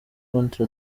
contre